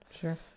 Sure